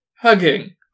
hugging